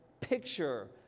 picture